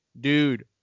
dude